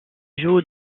joue